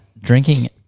drinking